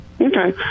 Okay